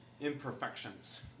imperfections